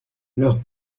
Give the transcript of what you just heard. leurs